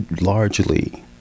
largely